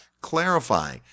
clarify